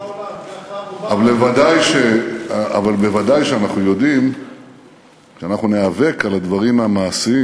אבל ודאי שאנחנו יודעים שאנחנו ניאבק על הדברים המעשיים.